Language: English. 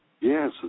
Yes